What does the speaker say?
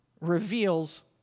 reveals